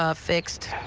ah fixed.